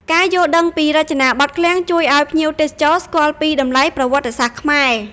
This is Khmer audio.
ការយល់ដឹងពីរចនាបថឃ្លាំងជួយឱ្យភ្ញៀវទេសចរស្គាល់ពីតម្លៃប្រវត្តិសាស្ត្រខ្មែរ។